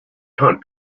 hunt